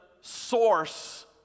source